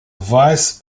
weiß